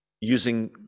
using